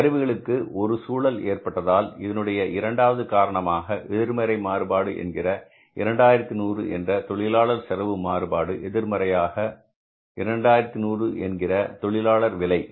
கருவிகளுக்கு ஒரு சூழல் ஏற்பட்டதால் இதனுடைய இரண்டாவது காரணமாக எதிர்மறை மாறுபாடு என்கிற 2100 என்ற தொழிலாளர் செலவு மாறுபாடு எதிர்மறையாக 2100 என்கிற தொழிலாளர் விலை